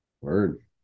Word